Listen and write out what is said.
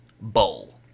bowl